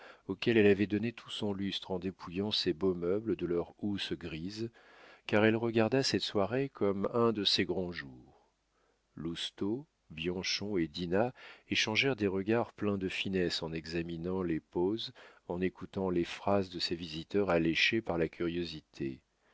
auquel elle avait donné tout son lustre en dépouillant ses beaux meubles de leurs housses grises car elle regarda cette soirée comme un de ses grands jours lousteau bianchon et dinah échangèrent des regards pleins de finesse en examinant les poses en écoutant les phrases de ces visiteurs alléchés par la curiosité